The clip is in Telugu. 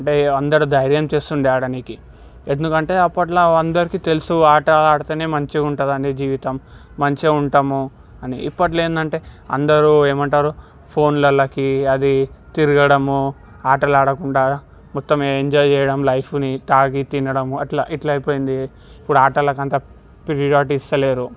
అంటే అందరు ధైర్యం చేస్తుండే ఆడటానికి ఎందుకంటే అప్పట్లో వారందరికీ తెలుసు ఆట ఆడితేనే మంచిగా ఉంటుందని జీవితం మంచిగా ఉంటాము అని ఇప్పట్లో ఏంటంటే అందరూ ఏమి అంటారు ఫోన్లలోకి అది తిరగడము ఆటలు ఆడకుండా మొత్తం ఎంజాయ్ చేయడం లైఫుని త్రాగి తినడము అట్లా ఇట్లయిపోయింది ఇప్పుడు ఆటలకి అంత ప్రియారిటీ ఇస్తలేరు